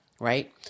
right